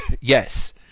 Yes